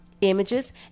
images